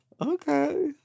Okay